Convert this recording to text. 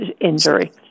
injury